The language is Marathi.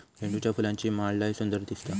झेंडूच्या फुलांची माळ लय सुंदर दिसता